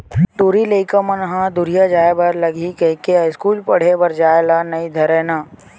टूरी लइका मन दूरिहा जाय बर लगही कहिके अस्कूल पड़हे बर जाय ल नई धरय ना